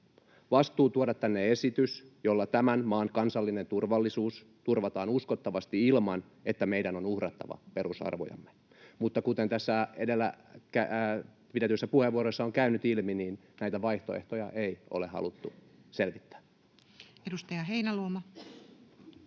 vastuu tuoda tänne esitys, jolla tämän maan kansallinen turvallisuus turvataan uskottavasti ilman, että meidän on uhrattava perusarvojamme. Mutta kuten tässä edellä pidetyissä puheenvuoroissa on käynyt ilmi, näitä vaihtoehtoja ei ole haluttu selvittää. [Speech